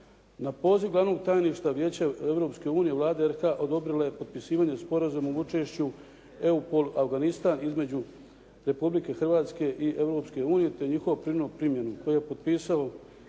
Na poziv glavnog tajništva Vijeća Europske unije Vlada RH odobrila je potpisivanje sporazuma o učešću EUPOL Afganistan između Republike Hrvatske i Europske unije te njihovu … primjenu koju je potpisao,